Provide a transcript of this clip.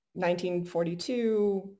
1942